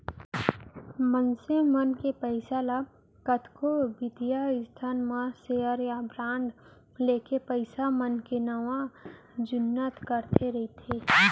मनसे मन के पइसा ल कतको बित्तीय संस्था मन सेयर या बांड लेके पइसा मन के नवा जुन्नी करते रइथे